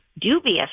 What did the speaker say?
dubious